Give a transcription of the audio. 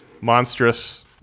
Monstrous